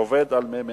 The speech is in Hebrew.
עובד על מי מנוחות.